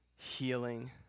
Healing